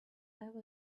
have